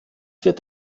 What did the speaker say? wird